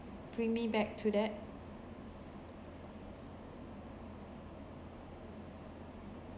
bring me back to that